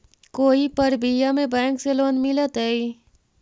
कोई परबिया में बैंक से लोन मिलतय?